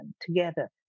together